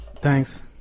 thanks